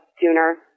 sooner